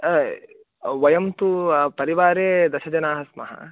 अय् वयं तु परिवारे दशजनाः स्मः